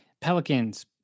Pelicans